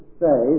say